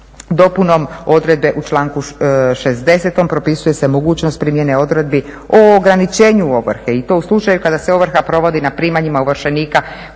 Dopunom odredbe u članku 60. propisuje se mogućnost primjene odredbi o ograničenju ovrhe i to u slučaju kada se ovrha provodi na primanjima ovršenika koja nisu